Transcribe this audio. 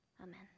Amen